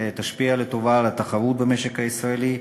תשפיע לטובה על התחרות במשק הישראלי.